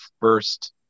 first